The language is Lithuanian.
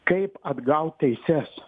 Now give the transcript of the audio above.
kaip atgaut teises